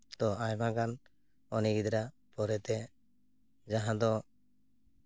ᱛᱚ ᱟᱭᱢᱟᱜᱟᱱ ᱩᱱᱤ ᱜᱤᱫᱽᱨᱟᱹ ᱯᱚᱨᱮᱛᱮ ᱡᱟᱦᱟᱸ ᱫᱚ